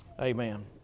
Amen